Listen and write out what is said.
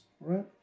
right